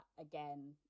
again